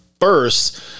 first